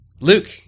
Luke